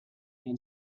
and